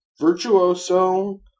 Virtuoso